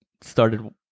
started